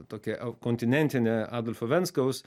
tokią kontinentinę adolfo venskaus